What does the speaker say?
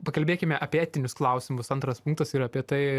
pakalbėkime apie etinius klausimus antras punktas yra apie tai